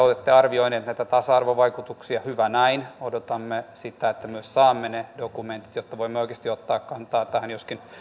olette arvioineet näitä tasa arvovaikutuksia hyvä näin odotamme sitä että myös saamme ne dokumentit jotta voimme oikeasti ottaa kantaa tähän joskin